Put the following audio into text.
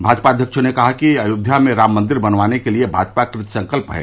भाजपा अध्यक्ष ने कहा कि अयोध्या में राम मंदिर बनवाने के लिये भाजपा कृत संकल्प है